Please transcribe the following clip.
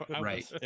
Right